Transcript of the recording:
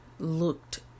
looked